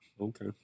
Okay